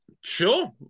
Sure